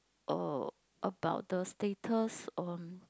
uh about the status um